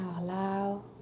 allow